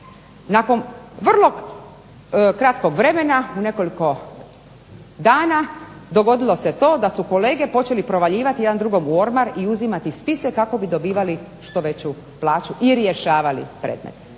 Nakon vrlo kratkog vremena, nekoliko dana dogodilo se to da su kolege počeli provaljivati jedni drugima u ormar i uzimati spise kako bi dobivali što veću plaću i rješavali predmete.